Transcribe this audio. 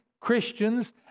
Christians